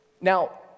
Now